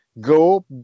go